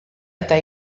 eta